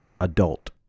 adult